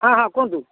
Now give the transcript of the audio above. ହଁ ହଁ କୁହନ୍ତୁ